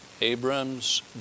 Abram's